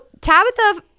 Tabitha